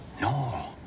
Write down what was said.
No